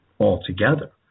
altogether